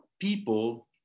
people